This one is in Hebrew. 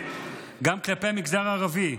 גם כלפי המגזר הערבי,